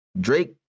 Drake